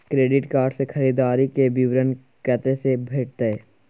Credit card से खरीददारी के विवरण कत्ते से भेटतै?